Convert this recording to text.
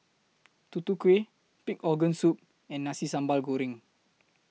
Tutu Kueh Pig Organ Soup and Nasi Sambal Goreng